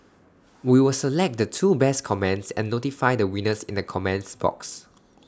we will select the two best comments and notify the winners in the comments box